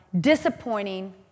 disappointing